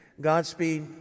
Godspeed